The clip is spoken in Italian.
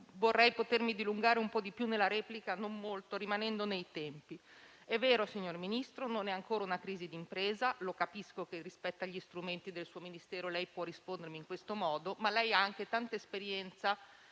vorrei potermi dilungare un po' di più nella replica, non molto, rimanendo nei tempi. È vero, signor Ministro, non è ancora una crisi di impresa: capisco che rispetto agli strumenti del suo Ministero può rispondermi in questo modo, ma lei ha anche tanta esperienza